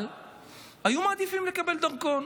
אבל היו מעדיפים לקבל דרכון,